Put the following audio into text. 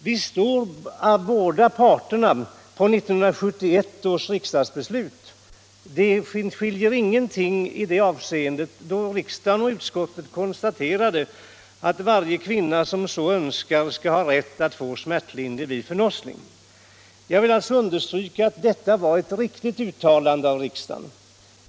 Båda parter står bakom 1971 års riksdagsbeslut — det skiljer ingenting i det avseendet — då riksdagen och utskottet konstaterade att varje kvinna som så önskar skall ha rätt att få smärtlindring vid förlossning. Jag vill alltså understryka att det var ett riktigt uttalande av riksdagen.